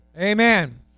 Amen